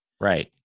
Right